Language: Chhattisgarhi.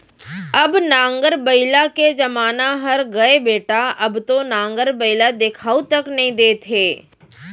अब नांगर बइला के जमाना हर गय बेटा अब तो नांगर बइला देखाउ तक नइ देत हे